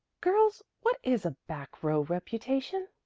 girls, what is a back row reputation?